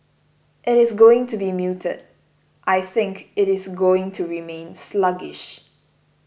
it is going to be muted I think it is going to remain sluggish